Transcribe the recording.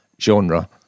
genre